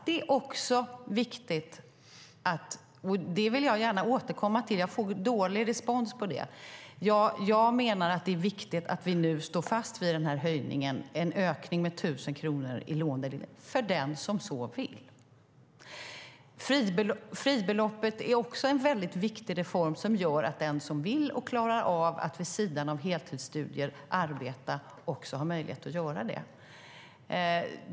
Det är också viktigt - och det vill jag gärna återkomma till, för jag får dålig respons på det - att vi nu står fast vid höjningen med 1 000 kronor i lån för den som så vill. Reformen av fribeloppet är också väldigt viktig. Den som vill och klarar av att arbeta vid sidan av heltidsstudier har möjlighet att göra det.